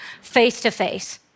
face-to-face